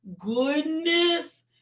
goodness